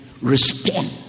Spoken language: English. respond